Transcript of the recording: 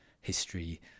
history